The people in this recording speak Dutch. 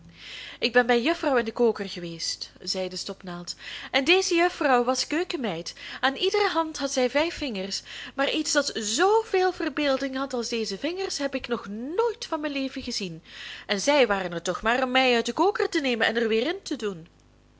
ik ben bij een juffrouw in den koker geweest zei de stopnaald en deze juffrouw was keukenmeid aan iedere hand had zij vijf vingers maar iets dat zoo veel verbeelding had als deze vingers heb ik nog nooit van mijn leven gezien en zij waren er toch maar om mij uit den koker te nemen en er weer in te doen